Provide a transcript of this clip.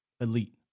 elite